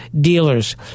Dealers